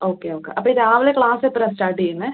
okay നോക്കാം അപ്പം ഈ രാവിലെ ക്ലാസ്സ് എപ്പോഴാണ് സ്റ്റാർട്ട് ചെയ്യുന്നെ